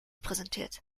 präsentiert